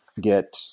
get